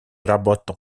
работу